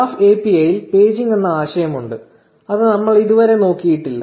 graph API ൽ paging എന്ന ആശയം ഉണ്ട് അത് നമ്മൾ ഇത് വരെ നോക്കിയിട്ടില്ല